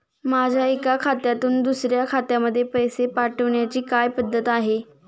माझ्या एका खात्यातून दुसऱ्या खात्यामध्ये पैसे पाठवण्याची काय पद्धत आहे?